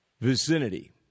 vicinity